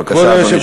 בבקשה, אדוני.